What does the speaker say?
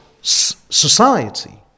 society